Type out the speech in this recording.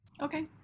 okay